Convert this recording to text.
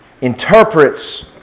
interprets